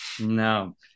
No